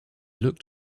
looked